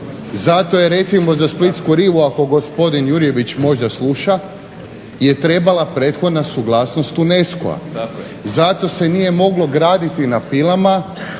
Zato je recimo za Splitsku rivu, ako gospodine Jurjević možda sluša, je trebala prethodna suglasnost UNESCO-a. Zato se nije moglo graditi na Pilama